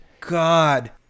God